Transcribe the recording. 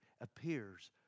appears